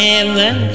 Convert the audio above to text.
Heaven